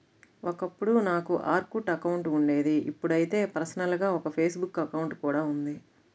ఒకప్పుడు నాకు Orkut account ఉండేది ఇప్పుడైతే పర్సనల్ గా ఒక ఫేస్ బుక్ అకౌంట్ కూడా ఉంది